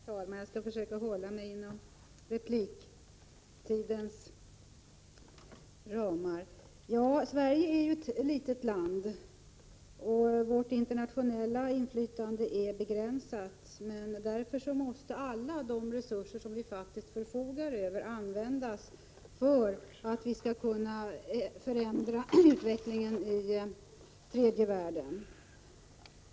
Herr talman! Jag skall försöka hålla mig inom repliktidens ramar. Sverige är ett litet land och vårt internationella inflytande är begränsat. Därför måste alla de resurser som vi faktiskt förfogar över användas för att vi skall kunna förändra utvecklingen i tredje världen.